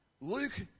Luke